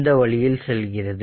இந்த வழியில் செல்கிறது